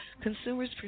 consumers